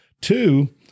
Two